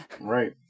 Right